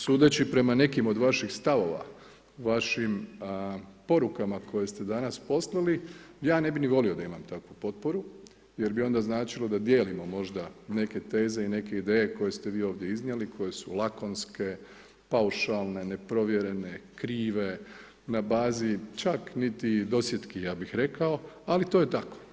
Sudeći prema nekim od vaših stavova, vašim porukama koje ste danas poslali ja ne bih ni volio da imam takvu potporu jer bi onda značilo da dijelimo možda neke teze i neke ideje koje ste vi ovdje iznijeli, koje su lakonske, paušalne, neprovjerene, krive, na bazi čak niti dosjetki, ja bih rekao, ali to je tako.